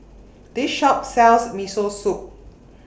This Shop sells Miso Soup